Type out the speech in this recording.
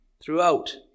throughout